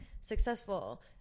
successful